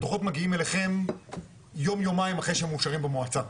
הדו"חות מגיעים אליכם יום-יומיים אחרי שהם מאושרים במועצה.